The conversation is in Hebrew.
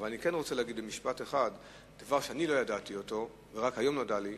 אבל אני רוצה להגיד במשפט אחד דבר שאני לא ידעתי ורק היום הוא נודע לי: